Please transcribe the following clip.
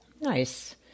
Nice